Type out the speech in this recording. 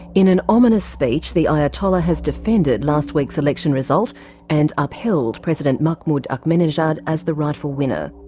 in an ominous speech, the ayatollah has defended last week's election result and upheld president mahmoud ahmadinejad as the rightful winner.